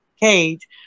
cage